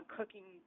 Cooking